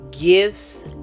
gifts